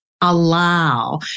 Allow